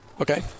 Okay